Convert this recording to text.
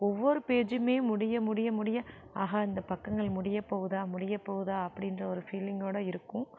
ஒவ்வொரு பேஜ்சியுமே முடிய முடிய முடிய ஆஹா இந்த பக்கங்கள் முடிய போகுதா முடிய போகுதா அப்படின்ற ஒரு ஃபீலிங்கோட இருக்கும்